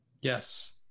Yes